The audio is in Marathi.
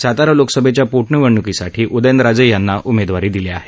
सातारा लोकसभेच्या पोटनिवडण्कीसाठी उदयनराजे यांना उमेदवारी दिली आहे